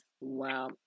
Wow